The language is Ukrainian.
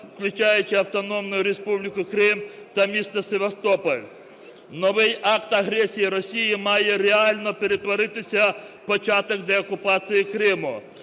включаючи Автономну Республіку Крим та місто Севастополь. Новий акт агресії Росії має реально перетворитися в початок деокупації Криму.